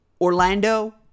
Orlando